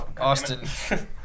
Austin